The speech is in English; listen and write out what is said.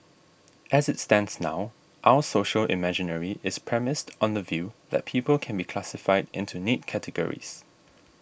as it stands now our social imaginary is premised on the view that people can be classified into neat categories